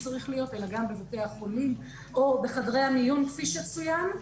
אלא גם בבתי החולים או בחדרי המיון כפי שצוין,